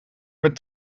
met